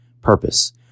Purpose